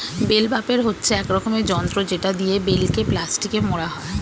bell wrapper হচ্ছে এক রকমের যন্ত্র যেটা দিয়ে বেলকে প্লাস্টিকে মোড়া হয়